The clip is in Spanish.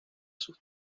sus